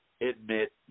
admit